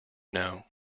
know